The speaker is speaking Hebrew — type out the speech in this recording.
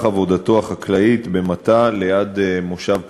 עבודתו החקלאית במטע ליד מושב פדיה.